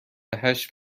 هشت